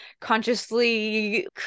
consciously